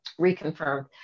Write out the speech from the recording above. reconfirmed